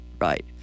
right